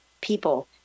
people